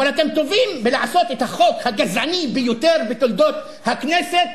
אבל אתם טובים בלעשות את החוק הגזעני ביותר בתולדות הכנסת,